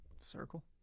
Circle